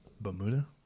Bermuda